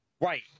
right